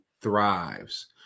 thrives